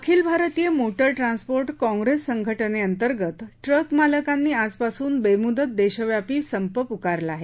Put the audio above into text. अखिल भारतीय motor transport congress संसटनेअंतर्गत ट्रकमालकांनी आजपासून बेम्दत देशव्यापी संप पुकारला आहे